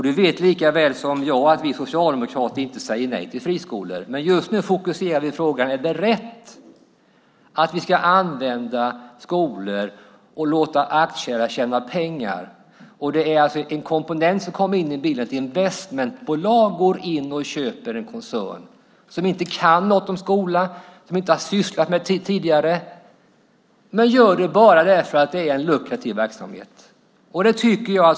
Du vet lika väl som jag att vi socialdemokrater inte säger nej till friskolor, men just nu fokuserar vi på frågan om det är rätt att vi ska använda skolor till att låta aktieägare tjäna pengar. En komponent som tillkommer är att investmentbolag går in och köper en koncern. De kan inte något om skolor, har inte tidigare sysslat med detta, utan gör det bara för att det är en lukrativ verksamhet.